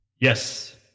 Yes